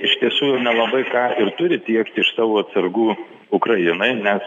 iš tiesų ir nelabai ką ir turi tiekti iš savo atsargų ukrainai nes